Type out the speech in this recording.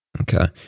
Okay